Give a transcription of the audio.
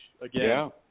again